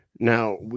Now